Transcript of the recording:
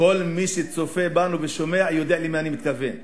כל מי שצופה בנו ושומע יודע למה אני מתכוון.